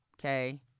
Okay